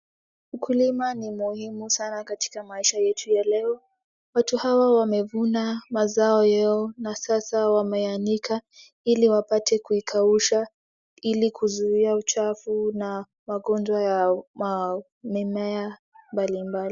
Ukulima ni muhimu sana katika maisha yetu ya leo, watu hawa wamevuna mazao yao na sasa wameanika ili wapate kuikausha ili kuzuia uchafu na magonjwa ya mimea mbali mbali.